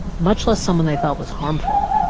much less someone they thought was harmful?